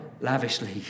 lavishly